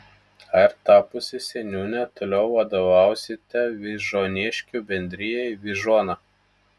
ar tapusi seniūne toliau vadovausite vyžuoniškių bendrijai vyžuona